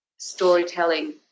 storytelling